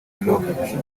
europe